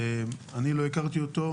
אני לא הכרתי אותו,